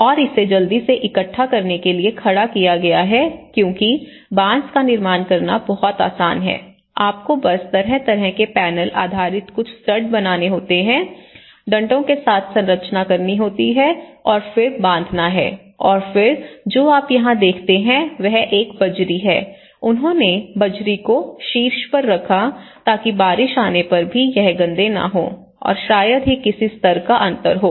और इसे जल्दी से इकट्ठा करने के लिए खड़ा किया गया है क्योंकि बांस का निर्माण करना बहुत आसान है आपको बस तरह तरह के पैनल आधारित कुछ स्टड बनाने होते हैं डंडों के साथ संरचना करनी होती है और फिर बांधना है और फिर जो आप यहां देखते हैं वह एक बजरी है उन्होंने बजरी को शीर्ष पर रखा ताकि बारिश आने पर भी यह गंदे न हो और शायद ही किसी स्तर का अंतर हो